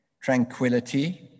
tranquility